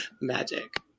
Magic